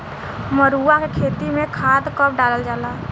मरुआ के खेती में खाद कब डालल जाला?